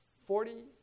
Forty